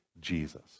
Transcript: Jesus